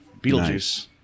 Beetlejuice